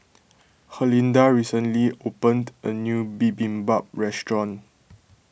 Herlinda recently opened a new Bibimbap restaurant